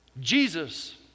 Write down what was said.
Jesus